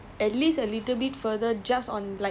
you can